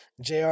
JR